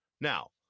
Now